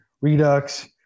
Redux